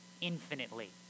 infinitely